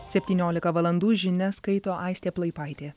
septyniolika valandų žinias skaito aistė plaipaitė